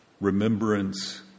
remembrance